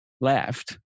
left